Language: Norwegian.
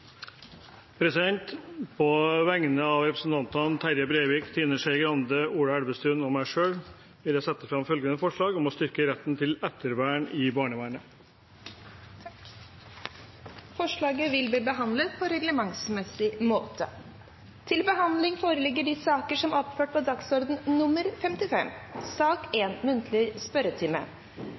På vegne av representantene Terje Breivik, Trine Skei Grande, Ola Elvestuen og meg selv vil jeg sette fram forslag om å styrke retten til ettervern i barnevernet. Forslaget vil bli behandlet på reglementsmessig måte. Stortinget mottok mandag meddelelse fra Statsministerens kontor om at statsrådene Ketil Solvik-Olsen, Tine Sundtoft og Anders Anundsen vil møte til muntlig spørretime.